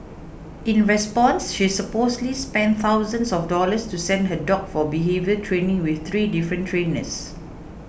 in response she supposedly spent thousands of dollars to send her dog for behaviour training with three different trainers